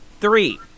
three